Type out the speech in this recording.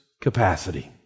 capacity